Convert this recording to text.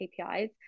KPIs